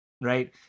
right